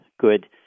Good